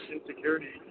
insecurity